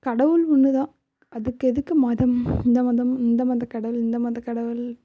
கடவுள் ஒன்னுதான் அதுக்கு எதுக்கு மதம் இந்த மதம் இந்த மதக் கடவுள் இந்த மதக் கடவுள்